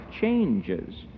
changes